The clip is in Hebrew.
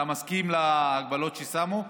אתה מסכים להגבלות ששמו?